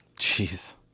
Jeez